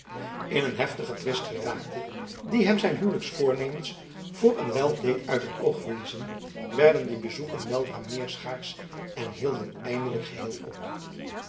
in een heftigen twist geraakte die hem zijn huwelijksvoornemens voor een wijl deed uit het oog verliezen werden die bezoeken weldra meer schaarsch en hielden eindelijk geheel op